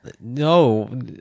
No